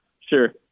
Sure